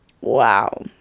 wow